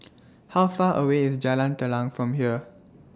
How Far away IS Jalan Telang from here